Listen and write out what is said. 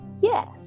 Yes